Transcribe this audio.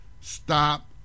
stop